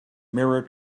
mirror